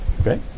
Okay